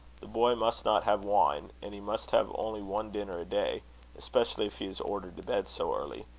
the boy must not have wine and he must have only one dinner a-day especially if he is ordered to bed so early.